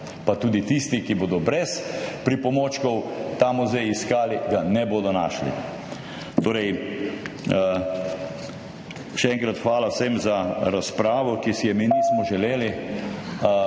pa tudi tisti, ki bodo brez pripomočkov ta muzej iskali, ga ne bodo našli. Še enkrat hvala vsem za razpravo, ki si je mi nismo želeli.